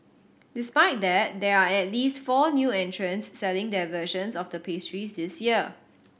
despite that there are at least four new entrants selling their versions of the pastries this year